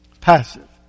Passive